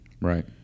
right